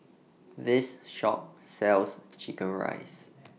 This Shop sells Chicken Rice